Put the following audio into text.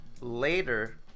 Later